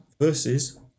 versus